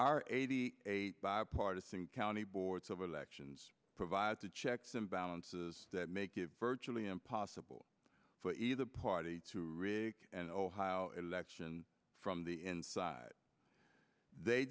our eighty eight bipartisan county boards of elections provide the checks and balances that make it virtually impossible for either party to rig and ohio election from the inside they